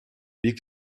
бік